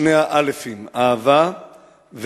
את שני האל"פים: אהבה ואמונה.